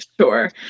Sure